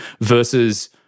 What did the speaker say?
versus